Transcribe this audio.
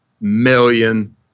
million